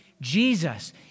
Jesus